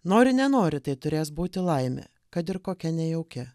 nori nenori tai turės būti laimė kad ir kokia nejauki